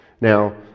Now